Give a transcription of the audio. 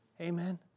Amen